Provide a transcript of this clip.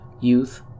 youth